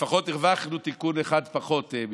לפחות הרווחנו תיקון אחד פחות, מיקי.